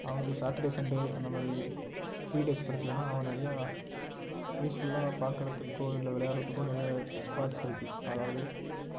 அவனுக்கு Saturday Sunday அந்த மாதிரி ஃப்ரீ டேஸ் கிடச்சிதுனா அவன் நிறையா யூஸ்ஃபுல்லாக பார்க்குறதுக்கோ இல்லை விளையாட்றதுக்கோ நிறைய ஸ்பாட்ஸ் இருக்குது அதாவது